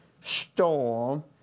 storm